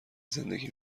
زندگی